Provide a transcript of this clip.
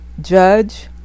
judge